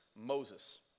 Moses